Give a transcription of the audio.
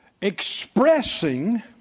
expressing